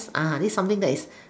uh this is something that is